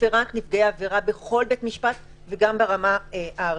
רפרנט נפגעי עבירה בכל בית משפט וגם ברמה הארצית.